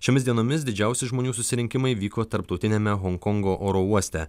šiomis dienomis didžiausi žmonių susirinkimai vyko tarptautiniame honkongo oro uoste